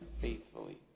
faithfully